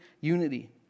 unity